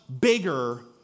bigger